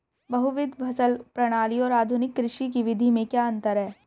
बहुविध फसल प्रणाली और आधुनिक कृषि की विधि में क्या अंतर है?